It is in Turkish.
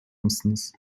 mısınız